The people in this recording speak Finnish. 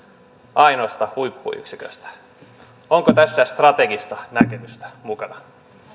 ainoasta huippuyksiköstä onko tässä strategista näkemystä mukana